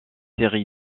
série